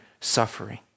suffering